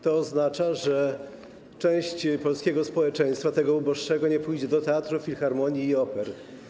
To oznacza, że część polskiego społeczeństwa, ta uboższa, nie pójdzie do teatru, filharmonii i opery.